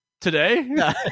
today